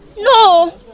No